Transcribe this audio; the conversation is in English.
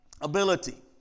ability